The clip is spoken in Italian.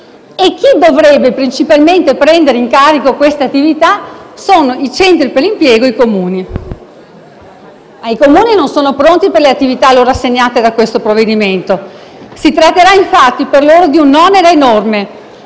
Chi dovrebbe principalmente prendere in carico queste attività sono i centri per l'impiego e i Comuni, anche se i Comuni non sono pronti per le attività loro assegnate da questo provvedimento. Si tratterà infatti per loro di un onere enorme,